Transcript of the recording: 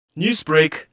Newsbreak